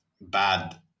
bad